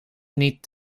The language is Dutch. niet